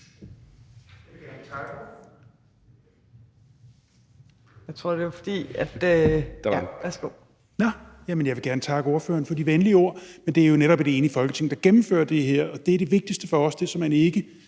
Jeg vil gerne takke ordføreren for de venlige ord, men det er jo netop et enigt Folketing, der gennemfører det her. Og det er det vigtigste for os – det er såmænd ikke,